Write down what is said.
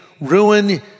ruin